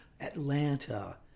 Atlanta